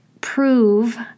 prove